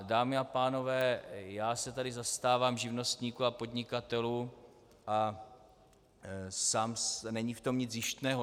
Dámy a pánové, já se tady zastávám živnostníků a podnikatelů a není v tom nic zištného.